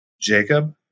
Jacob